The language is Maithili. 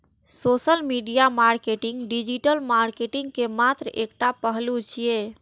social media marketing digital marketing के मात्र एकटा पहलू छियै